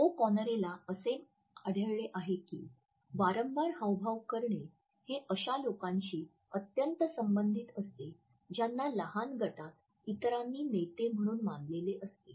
ओ'कॉनरला असे आढळले आहे की वारंवार हावभाव करणे हे अशा लोकांशी अत्यंत संबंधित असते ज्यांना लहान गटात इतरांनी नेते म्हणून मानलेले असते